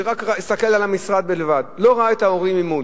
שהסתכל על המשרד בלבד, לא ראה את ההורים ממול.